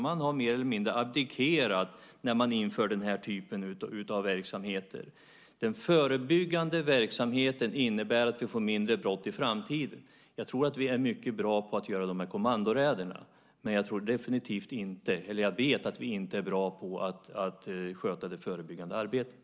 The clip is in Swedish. Man har mer eller mindre abdikerat när man inför den typen av verksamhet. Den förebyggande verksamheten innebär att vi får färre brott i framtiden. Jag tror att vi är mycket bra på att göra kommandoräderna. Men jag vet att vi inte är bra på att sköta det förebyggande arbetet.